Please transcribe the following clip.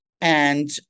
and-